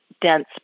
dense